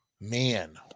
man